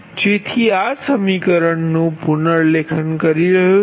જેથી આ સમીકરણ નુ પુનર્લેખન કરી રહ્યો છુ